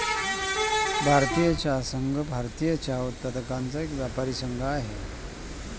भारतीय चहा संघ, भारतीय चहा उत्पादकांचा एक व्यापारी संघ आहे